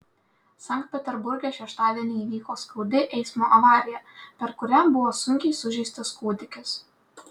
sankt peterburge šeštadienį įvyko skaudi eismo avarija per kurią buvo sunkiai sužeistas kūdikis